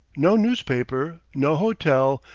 no newspaper, no hotel,